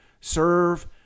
serve